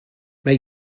mae